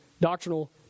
doctrinal